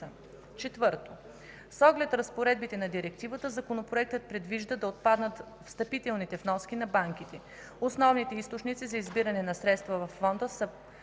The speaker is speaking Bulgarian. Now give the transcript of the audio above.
Четвърто, с оглед разпоредбите на Директивата Законопроектът предвижда да отпаднат встъпителните вноски на банките. Основните източници за набиране на средства във Фонда са